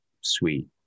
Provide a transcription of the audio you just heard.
sweet